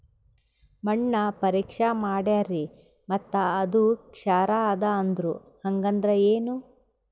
ಮಣ್ಣ ಪರೀಕ್ಷಾ ಮಾಡ್ಯಾರ್ರಿ ಮತ್ತ ಅದು ಕ್ಷಾರ ಅದ ಅಂದ್ರು, ಹಂಗದ್ರ ಏನು?